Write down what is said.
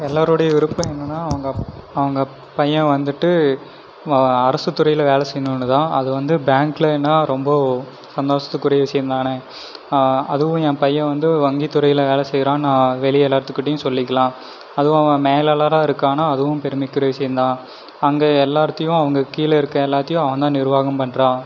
எல்லாருடைய விருப்பம் என்னன்னா அவங்க அவங்க பையன் வந்துவிட்டு வா அரசுத்துறையில் வேலை செய்ணுன்னுதான் அது வந்து பேங்க்லன்னா ரொம்ப சந்தோஷத்துக்குரிய விஷயம் தானே அதுவும் என் பையன் வந்து வங்கித்துறையில வேலை செய்யறான்னு நான் வெளியே எல்லார்த்துக்கிட்டையும் சொல்லிக்கலாம் அதுவும் அவன் மேலாளராக இருக்கான்னா அதுவும் பெருமைக்குரிய விஷயம் தான் அங்கே எல்லார்த்தையும் அவங்களுக்கு கீழே இருக்க எல்லாத்தையும் அவன் தான் நிர்வாகம் பண்ணுறான்